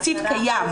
מתקציב קיים.